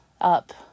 up